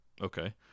Okay